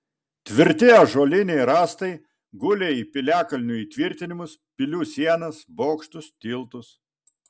tvirti ąžuoliniai rąstai gulė į piliakalnių įtvirtinimus pilių sienas bokštus tiltus